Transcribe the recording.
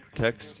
text